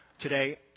today